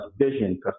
vision